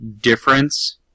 difference